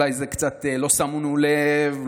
אולי קצת לא שמנו לב,